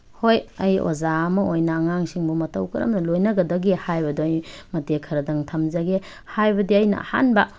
ꯍꯣꯏ ꯑꯩ ꯑꯣꯖꯥ ꯑꯃ ꯑꯣꯏꯅ ꯑꯉꯥꯡꯁꯤꯡꯕꯨ ꯃꯇꯧ ꯀꯔꯝꯅ ꯂꯣꯏꯅꯒꯗꯒꯦ ꯍꯥꯏꯕꯗꯨ ꯑꯩ ꯃꯇꯦꯛ ꯈꯔꯗꯪ ꯊꯝꯖꯒꯦ ꯍꯥꯏꯕꯗꯤ ꯑꯩꯅ ꯑꯍꯥꯟꯕ